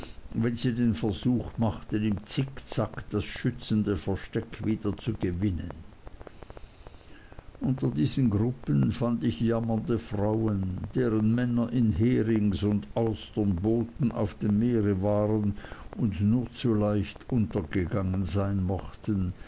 wenn sie den versuch machten im zickzack das schützende versteck wieder zu gewinnen unter diesen gruppen fand ich jammernde frauen deren männer in herings und austernbooten auf dem meere waren und nur zu leicht untergegangen sein mochten